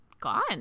gone